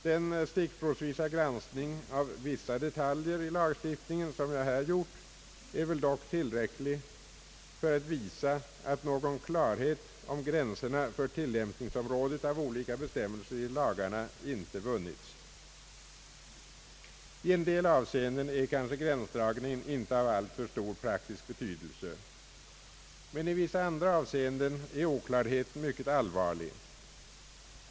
Den stickprovsvisa grankning av vissa detaljer i lagstiftningen som jag här gjort är väl dock tillräcklig för att visa, att någon klarhet om gränserna för tillämpningsområdet av olika bestämmelser i lagarna icke vunnits. I en del avseenden är gränsdragningen kanske inte av alltför stor praktisk betydelse, men i vissa andra avseenden är oklarheten mycket allvarlig.